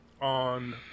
on